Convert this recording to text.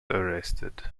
arrested